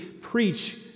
preach